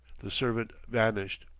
the servant vanished.